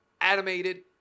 animated